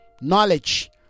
knowledge